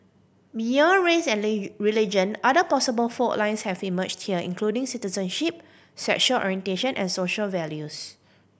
beyond race and religion other possible fault lines have emerged here including citizenship sexual orientation and social values